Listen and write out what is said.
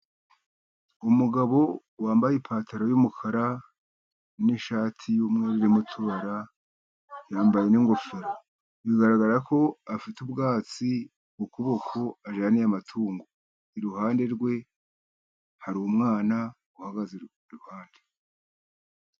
Umugabo wambaye ipantaro y'umukara n'ishati y'umweru irimo utubara. Yambaye n'ingofero, bigaragara ko afite ubwatsi ku kuboko ajyaniye amatungo. Iruhande rwe hari umwana uhagaze iruhande.